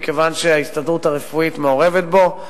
מכיוון שההסתדרות הרפואית מעורבת בו.